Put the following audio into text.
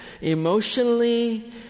emotionally